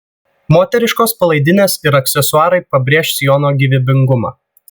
moteriškos palaidinės ir aksesuarai pabrėš sijono gyvybingumą